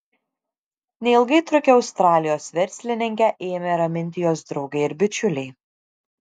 neilgai trukę australijos verslininkę ėmė raminti jos draugai ir bičiuliai